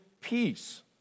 peace